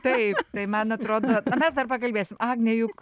taip tai man atrodo mes dar pakalbėsim agne juk